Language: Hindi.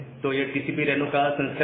तो यह टीसीपी रेनो का संस्करण है